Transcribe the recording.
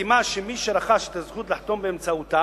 חתימה של מי שרכש את הזכות לחתום באמצעותה,